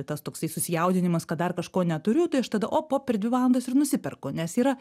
tas toksai susijaudinimas kad dar kažko neturiu tai aš tada op op per dvi valandas ir nusiperku nes yra